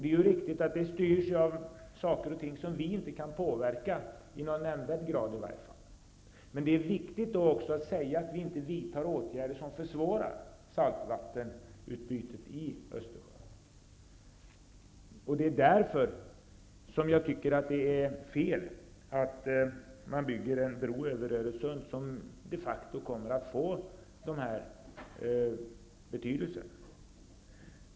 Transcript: Det är riktigt att det styrs av förhållanden som vi inte kan påverka, i varje fall inte i någon nämnvärd grad. Men det är också viktigt att säga att vi inte skall vidta åtgärder som försvårar saltvattensutbytet i Det är därför som jag tycker att det är fel att man bygger en bro över Öresund, som de facto kommer att få en sådan inverkan.